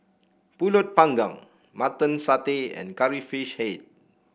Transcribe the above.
pulut panggang Mutton Satay and curry fish he